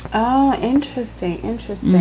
oh, interesting. interesting.